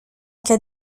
cas